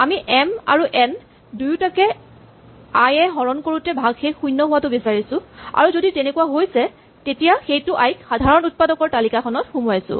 আমি এম আৰু এন দুয়োটাকে আই এ হৰণ কৰোতে ভাগশেষ শূণ্য হোৱাটো বিচাৰিছো আৰু যদি তেনেকুৱা হৈছে তেতিয়া সেইটো আই ক সাধাৰণ উৎপাদকৰ তালিকাখনত সোমোৱাইছো